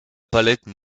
palette